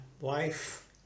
wife